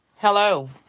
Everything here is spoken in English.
Hello